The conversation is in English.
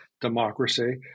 democracy